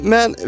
Men